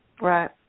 Right